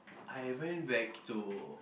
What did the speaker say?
I went back to